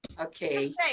Okay